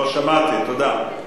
לא שמעתי, תודה.